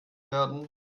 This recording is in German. werden